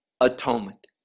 atonement